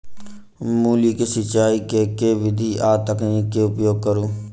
मूली केँ सिचाई केँ के विधि आ तकनीक केँ उपयोग करू?